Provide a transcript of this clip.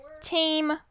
team